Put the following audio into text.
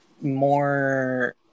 more